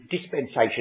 dispensation